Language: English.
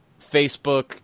Facebook